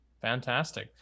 fantastic